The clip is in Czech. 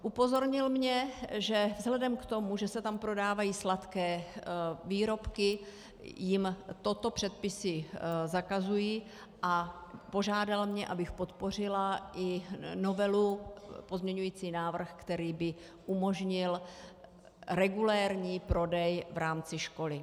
Upozornil mě, že vzhledem k tomu, že se tam prodávají sladké výrobky, jim toto předpisy zakazují, a požádal mě, abych podpořila i novelu, pozměňující návrh, který by umožnil regulérní prodej v rámci školy.